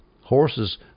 Horses